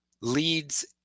leads